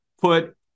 put